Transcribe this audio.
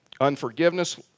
unforgiveness